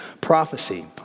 prophecy